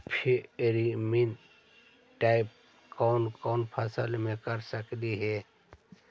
Pheromone trap कोन कोन फसल मे कर सकली हे?